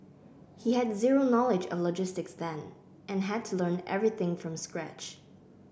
he had zero knowledge of logistics then and had to learn everything from scratch